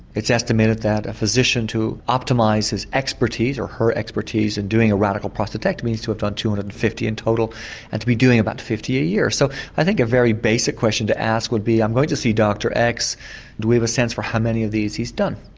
it's estimated that a physician to optimise his expertise or her expertise in and doing a radical prostatectomy is to have done two hundred and and fifty in total and to be doing about fifty a year. so i think a very basic question to ask would be i'm going to see dr x do we have a sense for how many of these he has done?